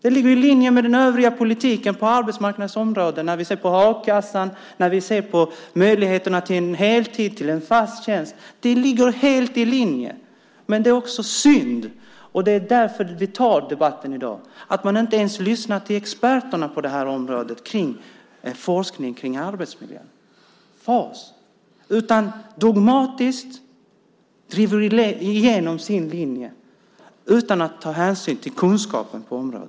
Det ligger i linje med den övriga politiken på arbetsmarknadens område - a-kassan, möjligheterna till heltid och till en fast tjänst. Det är synd att man inte ens lyssnar till experterna på forskning om arbetsmiljön, experterna vid FAS. I stället driver man dogmatiskt igenom sin linje utan att ta hänsyn till kunskapen på området.